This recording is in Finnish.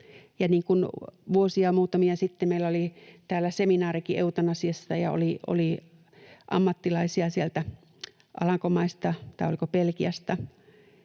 Muutamia vuosia sitten meillä oli täällä seminaarikin eutanasiasta, ja oli ammattilaisia sieltä Alankomaista, tai oliko Belgiasta,